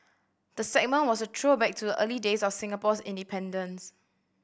the segment was a throwback to early days of Singapore's independence